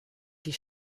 die